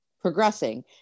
progressing